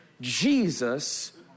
jesus